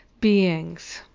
beings